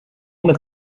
met